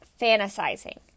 fantasizing